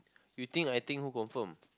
you think I think who confirm